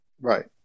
Right